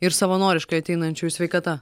ir savanoriškai ateinančiųjų sveikata